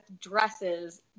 dresses